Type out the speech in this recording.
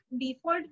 default